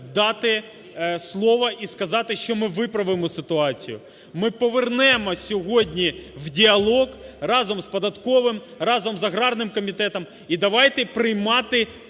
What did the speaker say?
дати слово і сказати, що ми виправимо ситуацію, ми повернемо сьогодні в діалог разом з податковим, разом з аграрним комітетом, і давайте приймати